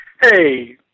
Hey